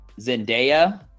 Zendaya